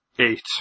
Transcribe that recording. eight